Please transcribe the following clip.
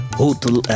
hotel